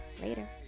Later